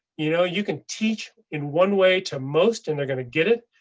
you know you can teach in one way to most, and they're going to get it.